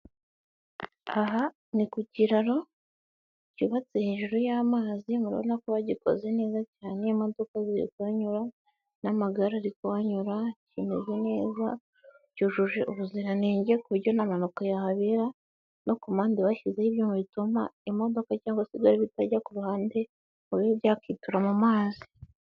Aha ni ku kiraro byubatse hejuru y'amazi, murabona ko bagikoze neza cyane, imodoka ziri kuhanyura n'amagare ri kuhanyura, kimeze neza , cyujuje ubuziranenge ku buryo nta mpanuka yahabera no kumpandi bashyizeho ibyuma bituma imodoka cyangwa igare bitajya ku ruhande bibi byakwitura mu mazi.